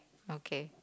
okay